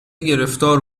گرفتار